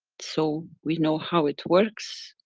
so, we know how it works,